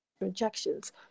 rejections